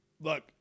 Look